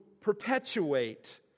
perpetuate